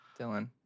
Dylan